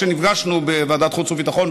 כשנפגשנו בוועדת חוץ וביטחון,